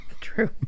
True